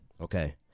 Okay